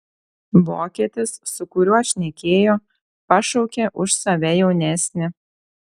vokietis su kuriuo šnekėjo pašaukė už save jaunesnį